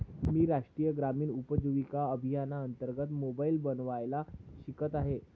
मी राष्ट्रीय ग्रामीण उपजीविका अभियानांतर्गत मोबाईल बनवायला शिकत आहे